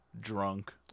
drunk